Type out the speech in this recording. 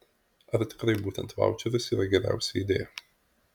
ar tikrai būtent vaučeris yra geriausia idėja